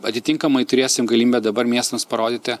atitinkamai turėsim galimybę dabar miestams parodyti